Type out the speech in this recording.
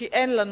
כי אין לנו,